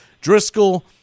Driscoll